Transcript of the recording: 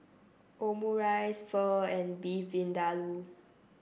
Omurice Pho and Beef Vindaloo